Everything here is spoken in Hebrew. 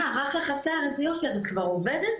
מה ארך לך השיער איזה יופי אז את כבר עובדת?".